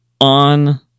on